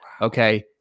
Okay